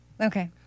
Okay